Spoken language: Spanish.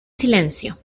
silencio